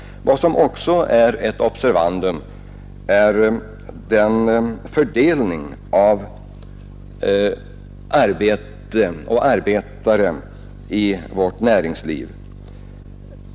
Vad som också bör vara ett observandum är fördelningen av arbete och arbetare i vårt näringsliv.